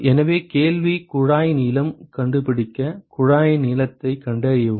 எனவே கேள்வி குழாய் நீளம் கண்டுபிடிக்க குழாயின் நீளத்தைக் கண்டறியவும்